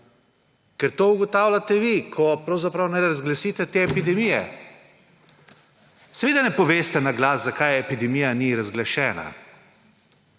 ker to ugotavljate vi, ko pravzaprav ne razglasite te epidemije. Seveda ne poveste na glas zakaj epidemija ni razglašena.